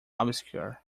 obscure